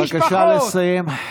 בבקשה לסיים.